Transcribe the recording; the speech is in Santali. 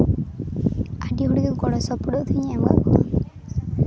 ᱟᱨ ᱟᱹᱰᱤ ᱦᱚᱲᱜᱮ ᱜᱚᱲᱚᱥᱚᱯᱲᱚᱫ ᱤᱧ ᱮᱢᱟ ᱠᱚᱣᱟ